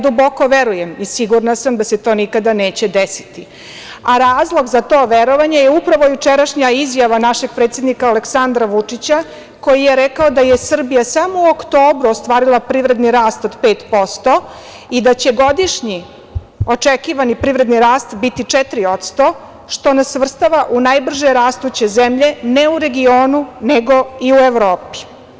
Duboko verujem i sigurna sam da se to nikada neće desiti, a razlog za to verovanje je upravo jučerašnja izjava našeg predsednika Aleksandra Vučića koji je rekao da je Srbija samo u oktobru ostvarila privredni rast od 5% i da će godišnji očekivani privredni rast biti 4%, što nas svrstava u najbrže rastuće zemlje, ne u regionu, nego i u Evropi.